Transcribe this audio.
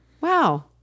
Wow